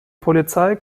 polizei